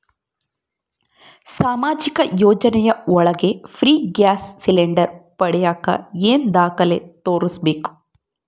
ಸಾಮಾಜಿಕ ಯೋಜನೆ ಒಳಗ ಫ್ರೇ ಗ್ಯಾಸ್ ಸಿಲಿಂಡರ್ ಪಡಿಯಾಕ ಏನು ದಾಖಲೆ ತೋರಿಸ್ಬೇಕು?